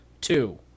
two